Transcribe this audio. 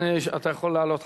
אתה יכול לעלות,